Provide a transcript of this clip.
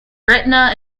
gretna